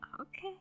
Okay